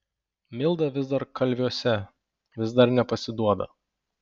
milda vis dar kalviuose vis dar nepasiduoda